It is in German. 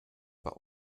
bei